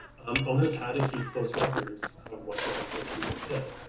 um owners had to keep close records of what their enslaved people did.